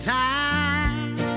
time